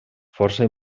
força